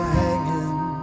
hanging